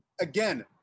again